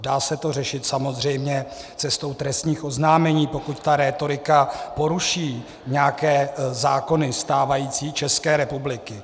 Dá se to řešit samozřejmě cestou trestních oznámení, pokud ta rétorika poruší nějaké zákony stávající České republiky.